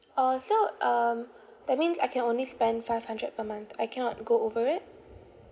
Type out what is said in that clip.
uh so um that means I can only spend five hundred per month I cannot go over it